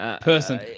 Person